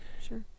sure